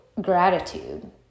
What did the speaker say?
gratitude